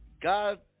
God